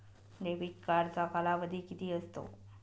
Debit कार्डचा कालावधी किती असतो?